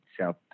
South